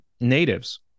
natives